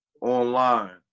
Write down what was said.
online